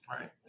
Right